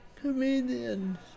comedians